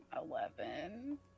Eleven